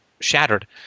shattered